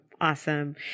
Awesome